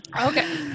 Okay